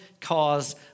cause